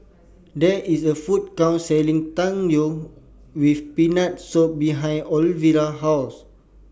There IS A Food Court Selling Tang Yuen with Peanut Soup behind Oliva's House